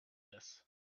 this